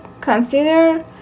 consider